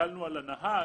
שהטלנו על הנהג.